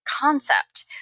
concept